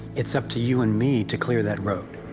it's up to you and me to clear that road.